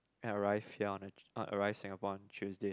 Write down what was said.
and arrive on and arrive Singapore on Tuesday